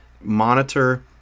monitor